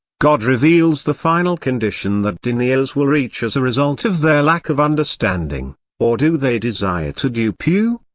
god reveals the final condition that deniers will reach as a result of their lack of understanding or do they desire to dupe you?